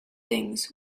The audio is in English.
things